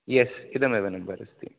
यस् इदमेव नम्बर् अस्ति